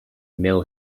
mill